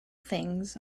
things